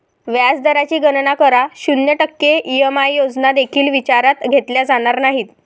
व्याज दराची गणना करा, शून्य टक्के ई.एम.आय योजना देखील विचारात घेतल्या जाणार नाहीत